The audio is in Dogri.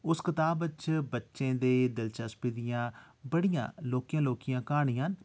उस किताब च बच्चें दे दिलचस्पी दियां बड़ियां लौह्की लौह्कियां क्हानियां न